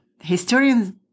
Historians